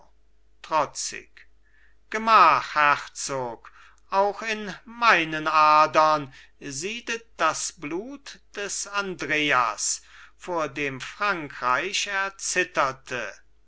trotzig gemach herzog auch in meinen adern siedet das blut des andreas vor dem frankreich erzitterte